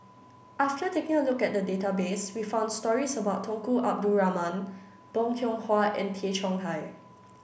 after taking a look at the database we found stories about Tunku Abdul Rahman Bong Hiong Hwa and Tay Chong Hai